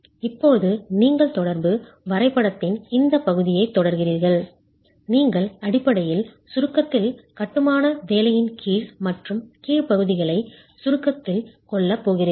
இப்போது நீங்கள் தொடர்பு வரைபடத்தின் இந்த பகுதியைத் தொடர்கிறீர்கள் நீங்கள் அடிப்படையில் சுருக்கத்தில் கட்டுமான வேலையின் கீழ் மற்றும் கீழ் பகுதிகளைக் கருத்தில் கொள்ளப் போகிறீர்கள்